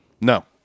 No